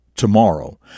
Tomorrow